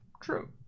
true